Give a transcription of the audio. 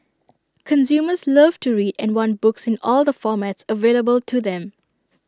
consumers love to read and want books in all the formats available to them